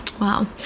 Wow